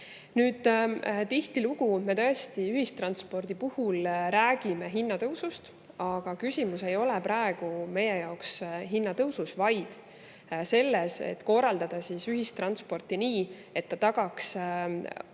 tihtilugu me tõesti ühistranspordi puhul räägime hinnatõusust, aga küsimus ei ole praegu meie jaoks hinnatõusus, vaid selles, et korraldada ühistransporti nii, et see tagaks